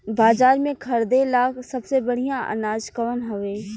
बाजार में खरदे ला सबसे बढ़ियां अनाज कवन हवे?